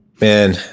Man